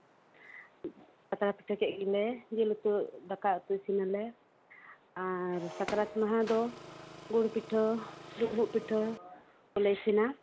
ᱯᱟᱛᱲᱟ ᱯᱤᱴᱷᱟᱹ ᱠᱮᱫ ᱜᱮᱞᱮ ᱡᱤᱞ ᱩᱛᱩ ᱫᱟᱠᱟ ᱩᱛᱩ ᱤᱥᱤᱱᱟᱞᱮ ᱟᱨ ᱥᱟᱠᱨᱟᱛ ᱢᱟᱦᱟ ᱫᱚ ᱜᱩᱲ ᱯᱤᱴᱷᱟᱹ ᱰᱩᱸᱵᱩᱜ ᱯᱤᱴᱷᱟᱹ ᱠᱚᱞᱮ ᱤᱥᱤᱱᱟ